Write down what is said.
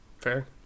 Fair